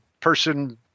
person—